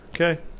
Okay